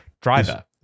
driver